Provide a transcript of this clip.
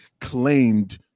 claimed